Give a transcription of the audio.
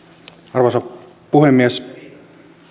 arvoisa puhemies